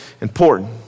important